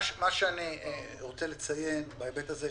מה שאני רוצה לציין בהיבט הזה,